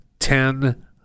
ten